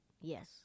yes